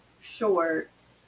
shorts